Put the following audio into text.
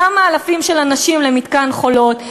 כמה אלפים של אנשים למתקן "חולות",